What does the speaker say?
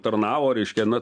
tarnavo reiškia na